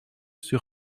sur